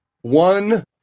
one